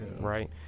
right